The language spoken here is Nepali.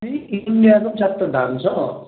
ए इन्डियाको पनि चारवटा धाम छ